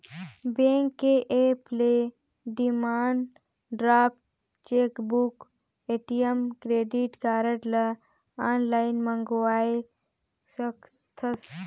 bank के app ले demand draft, chequebook, ATM, credit card ल आनलाइन मंगवाये सकथस